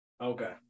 Okay